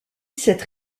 cette